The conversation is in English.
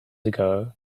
ago